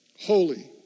Holy